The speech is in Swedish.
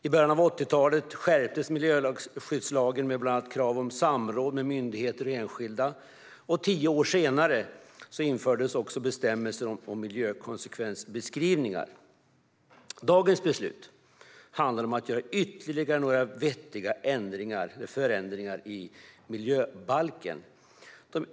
I början av 1980-talet skärptes miljöskyddslagen med bland annat krav på samråd med myndigheter och enskilda. Och tio år senare infördes bestämmelser om miljökonsekvensbeskrivningar. Dagens beslut handlar om att göra ytterligare några vettiga förändringar i miljöbalken.